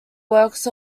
works